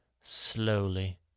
slowly